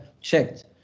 checked